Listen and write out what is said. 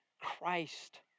Christ